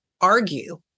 argue